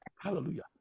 hallelujah